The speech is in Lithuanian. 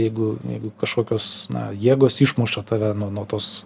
jeigu jeigu kažkokios jėgos išmuša tave nuo nuo tos